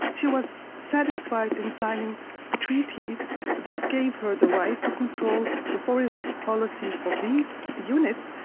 she was satisfied in signing treaties that gave her the right to control the foreign policies of these units,